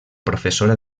professora